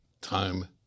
time